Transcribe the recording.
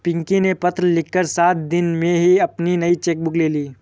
पिंकी ने पत्र लिखकर सात दिन में ही अपनी नयी चेक बुक ले ली